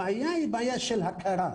הבעיה היא בעיה של הכרה.